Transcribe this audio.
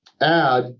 add